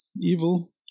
evil